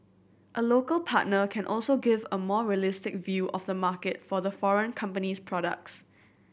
a local partner can also give a more realistic view of the market for the foreign company's products